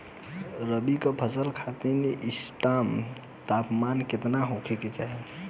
रबी क फसल खातिर इष्टतम तापमान केतना होखे के चाही?